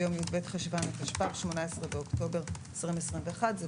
ביום י"ב בחשוון התשפ"ב (18 באוקטובר 2021). זה